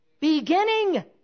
beginning